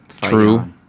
true